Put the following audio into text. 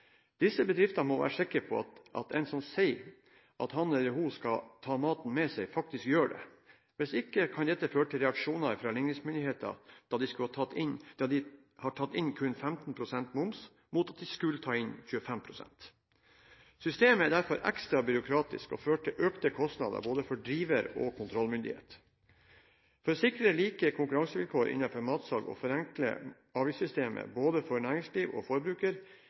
Disse bedriftene må være sikre på at en som sier at han eller hun skal ta med seg maten, faktisk gjør det. Hvis ikke, kan dette føre til reaksjoner fra ligningsmyndighetene, da de har tatt inn kun 15. pst mva., mot at de skulle ta inn 25 pst. Systemet er derfor ekstra byråkratisk og fører til økte kostnader både for driver og kontrollmyndighet. For å sikre like konkurransevilkår innen matsalg og for å forenkle avgiftssystemet både for næringslivet og forbruker